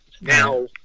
Now